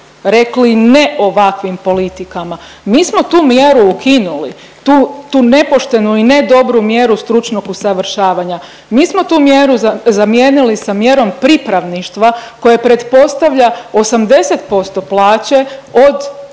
rekli ne ovakvim politikama. Mi smo tu mjeru ukinuli, tu, tu nepoštenu i ne dobru mjeru stručnog usavršavanja. Mi smo tu mjeru zamijenili sa mjerom pripravništva koje pretpostavlja 80% plaće od